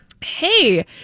Hey